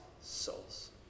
souls